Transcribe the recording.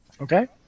Okay